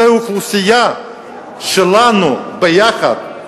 זאת האוכלוסייה שלנו ביחד.